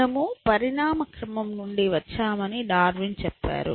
మనము పరిణామక్రమం నుండి వచ్చామని డార్విన్ చెప్పారు